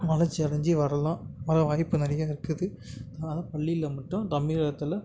வளர்ச்சி அடைஞ்சி வரலாம் வர வாய்ப்பு நிறைய இருக்குது அதனால் தான் பள்ளியில் மட்டும் தமிழகத்தில்